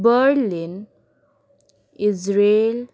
Berlin Israel